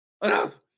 Enough